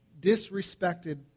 disrespected